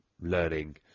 learning